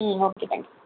ம் okay thank you